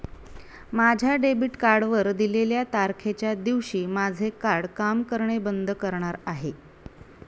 माझ्या डेबिट कार्डवर दिलेल्या तारखेच्या दिवशी माझे कार्ड काम करणे बंद करणार आहे